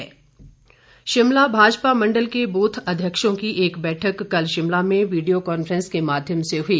भाजपा मंडल शिमला भाजपा मंडल के ब्रथ अध्यक्षों की एक बैठक कल शिमला में वीडियो कांफ्रेंस के माध्यम हुई